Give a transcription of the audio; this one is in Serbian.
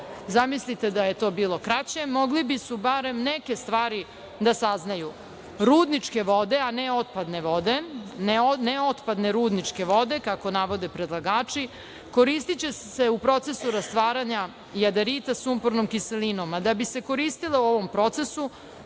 zamislite da je to bilo kraće, mogli su barem neke stvari da saznaju. Rudničke vode, a ne otpadne rudničke vode, kako navode predlagači, koristiće se u procesu rastvaranja jadarita sumpornom kiselinom, a da bi se koristile u ovom procesu